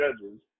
Judges